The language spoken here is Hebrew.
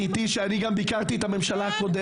איתי היא שאני ביקרתי גם את הממשלה הקודמת,